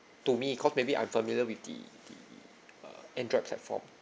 to me cause maybe I'm familiar with the the uh android platform